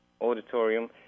auditorium